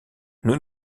nous